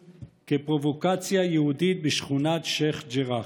כפרובוקציה יהודית בשכונת שייח' ג'ראח.